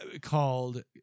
called